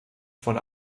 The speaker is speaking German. von